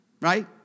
right